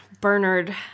Bernard